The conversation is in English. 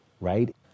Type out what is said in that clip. right